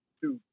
two